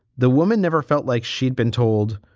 the woman never felt like she'd been told.